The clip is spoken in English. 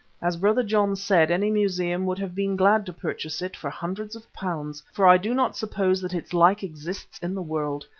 as brother john said, any museum would have been glad to purchase it for hundreds of pounds, for i do not suppose that its like exists in the world.